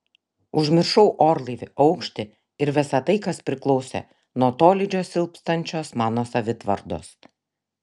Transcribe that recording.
užmiršau orlaivį aukštį ir visa tai kas priklausė nuo tolydžio silpstančios mano savitvardos